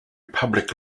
public